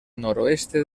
noroeste